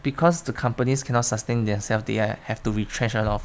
because the companies cannot sustain themselves they uh have to retrench a lot of